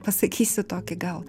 pasakysiu tokį gal